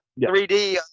3d